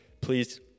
please